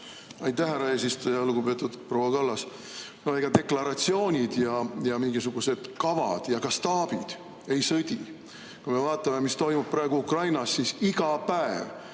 Aitäh, härra eesistuja! Lugupeetud proua Kallas! Ega deklaratsioonid ja mingisugused kavad ja ka staabid ei sõdi. Kui me vaatame, mis toimub praegu Ukrainas, siis iga päev